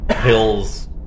Hills